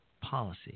policy